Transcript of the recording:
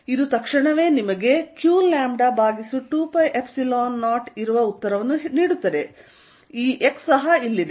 ಮತ್ತು ಇದು ತಕ್ಷಣವೇ ನಿಮಗೆ qλ ಭಾಗಿಸು 2π0 ಇರುವ ಉತ್ತರವನ್ನು ನೀಡುತ್ತದೆ ಈ x ಸಹ ಇಲ್ಲಿದೆ